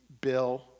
Bill